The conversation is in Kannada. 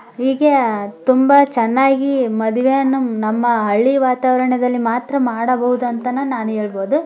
ಹೀಗೆ ತುಂಬ ಚೆನ್ನಾಗಿ ಮದುವೆಯನ್ನು ನಮ್ಮ ಹಳ್ಳಿ ವಾತಾವರಣದಲ್ಲಿ ಮಾತ್ರ ಮಾಡಬಹುದು ಅಂತನೂ ನಾನು ಹೇಳ್ಬೋದು